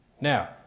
Now